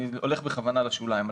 אני בכוונה הולך לשוליים.